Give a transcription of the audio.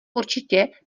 určitě